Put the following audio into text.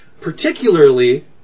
Particularly